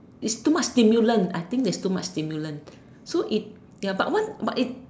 it's too much stimulant I think there's too much stimulant so if but what if